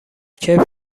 کیف